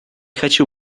хочу